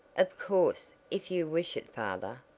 of course, if you wish it father,